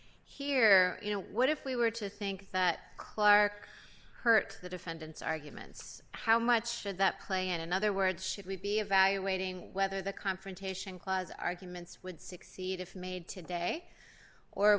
here what if we were to think that clark hurt the defendant's arguments how much did that play and in other words should we be evaluating whether the confrontation clause arguments would succeed if made today or